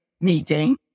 meeting